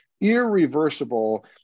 irreversible